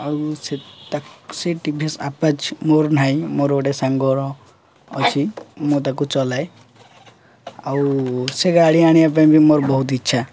ଆଉ ସେ ତା ସେ ଟି ଭି ଏସ୍ ଆପାଚ୍ ମୋର ନାହିଁ ମୋର ଗୋଟେ ସାଙ୍ଗର ଅଛି ମୁଁ ତାକୁ ଚଲାଏ ଆଉ ସେ ଗାଡ଼ି ଆଣିବା ପାଇଁ ବି ମୋର ବହୁତ ଇଚ୍ଛା